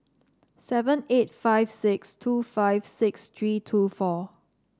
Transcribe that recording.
seven eight five six two five six three two four